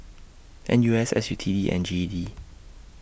N U S S U T D and G E D